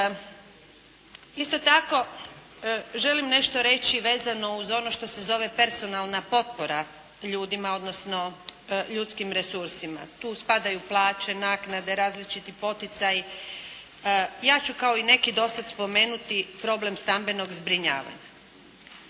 Isto tako, želim nešto reći vezano uz ono što se zove personalna potpora ljudima, odnosno ljudskim resursima. Tu spadaju plaće, naknade, različiti poticaji. Ja ću kao i neki do sad spomenuti problem stambenog zbrinjavanja.